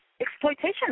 Exploitation